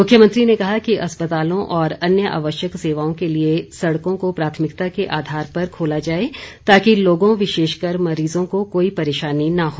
मुख्यमंत्री ने कहा कि अस्पतालों और अन्य आवश्यक सेवाओं के लिए सड़कों को प्राथमिकता के आधार पर खोला जाएगा ताकि लोगों विशेषकर मरीजों को कोई परेशानी न हो